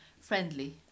friendly